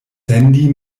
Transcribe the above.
sendi